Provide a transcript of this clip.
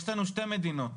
יש לנו שתי מדינות.